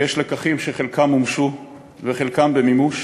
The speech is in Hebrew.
ויש לקחים שחלקם מומשו וחלק במימוש,